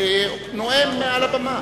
נואם מעל לבמה.